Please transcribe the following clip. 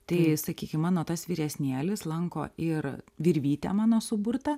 tai sakykim mano tas vyresnėlis lanko ir virvytę mano suburtą